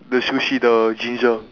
the sushi the ginger